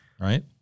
right